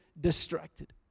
distracted